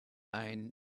ein